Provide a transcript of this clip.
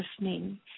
listening